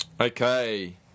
Okay